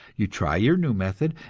you try your new method,